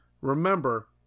Remember